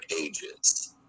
ages